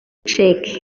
czech